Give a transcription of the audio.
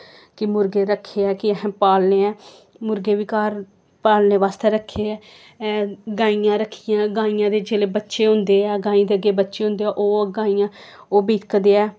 कि मुर्गे रक्खियै कि असें पालने ऐ मुर्गे बी घर पालने बास्तै रक्खे ऐ गाईयां रक्खियां गाईयां दे जिसले बच्चे होंदे ऐ गाइयें दे अग्गें बच्चे बहोंदे ऐ ओह् गाईयां ओह् बिकदे ऐ